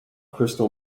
crystal